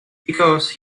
because